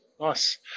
nice